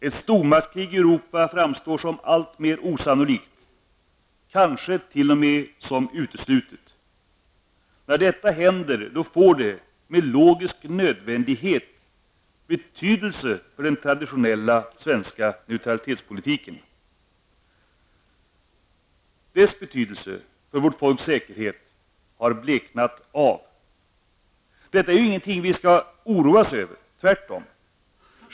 Ett stormaktskrig i Europa framstår som alltmera osannolikt, kanske t.o.m. som uteslutet. När detta händer får det, med logisk nödvändighet, betydelse för den traditionella svenska neutralitetspolitiken. Dess betydelse för vårt folks säkerhet har bleknat av. Detta är ingenting vi skall oroa oss över, tvärtom!